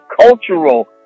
cultural